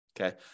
Okay